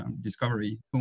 discovery